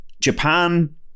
Japan